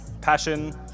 passion